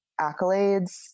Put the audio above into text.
accolades